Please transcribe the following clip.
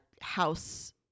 house